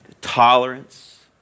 tolerance